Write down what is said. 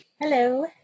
Hello